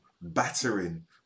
battering